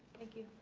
thank you.